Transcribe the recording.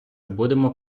будемо